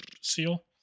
seal